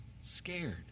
scared